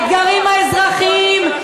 האתגרים האזרחיים,